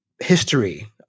history